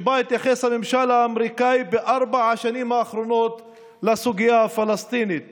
שבה התייחס הממשל האמריקני לסוגיה הפלסטינית